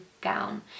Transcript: gown